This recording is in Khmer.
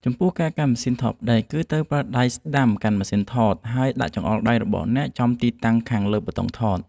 ចំពោះការកាន់ម៉ាស៊ីនថតផ្ដេក គឺត្រូវប្រើដៃស្តាំកាន់ម៉ាស៊ីនថត ហើយដាក់ចង្អុលដៃរបស់អ្នកប៉ះចំទីតាំងនៅខាងលើប៊ូតុងថត។